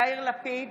יאיר לפיד,